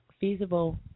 feasible